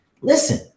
listen